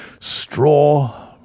straw